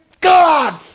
God